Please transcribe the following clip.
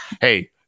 hey